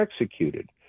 executed